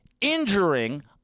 injuring